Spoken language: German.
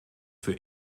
für